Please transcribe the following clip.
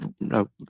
no